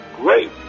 great